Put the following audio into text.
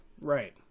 Right